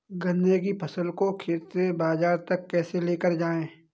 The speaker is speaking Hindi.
गन्ने की फसल को खेत से बाजार तक कैसे लेकर जाएँ?